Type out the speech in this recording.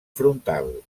frontal